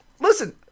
Listen